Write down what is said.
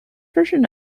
version